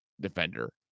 defender